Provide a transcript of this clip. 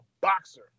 boxer